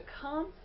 come